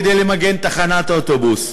כדי למגן תחנות אוטובוס.